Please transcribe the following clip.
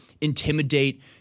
intimidate